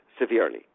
severely